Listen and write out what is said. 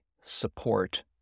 support